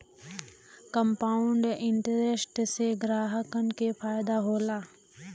compound interest से ग्राहकन के फायदा होला